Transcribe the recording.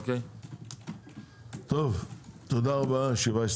תודה רבה, הישיבה נעולה.